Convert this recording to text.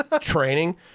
training